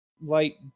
light